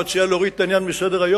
מציע להוריד את העניין מסדר-היום,